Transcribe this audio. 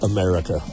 America